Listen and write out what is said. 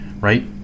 right